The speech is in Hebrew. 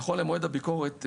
נכון למועד הביקורת,